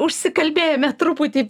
užsikalbėjome truputį